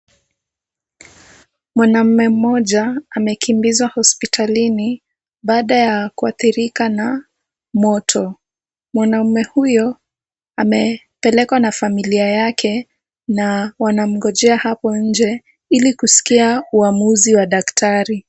Mwanaume mmoja amekimbizwa hospitalini baada ya kuadhirika na moto. Mwanaume huyo amepelekwa na familia yake na wanamgojea hapo nje ili kusikia uamuzi wa daktari.